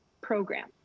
program